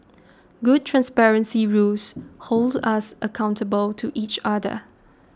good transparency rules hold us accountable to each other